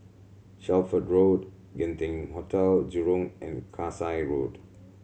Shelford Road Genting Hotel Jurong and Kasai Road